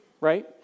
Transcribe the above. right